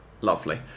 lovely